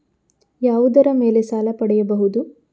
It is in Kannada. ಯಾವುದರ ಮೇಲೆ ಸಾಲ ಪಡೆಯಬಹುದು?